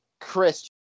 Chris